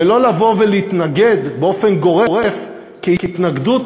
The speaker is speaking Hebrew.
ולא לבוא ולהתנגד באופן גורף כהתנגדות